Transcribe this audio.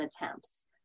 attempts